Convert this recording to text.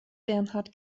bernhard